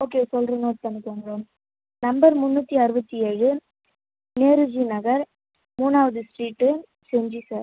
okay சொல்லுறேன் note பண்ணிக்கோங்க number முந்நூற்றி அறுபத்தி ஏழு நேருஜி நகர் மூணாவது ஸ்ட்ரீட்டு செஞ்சு சார்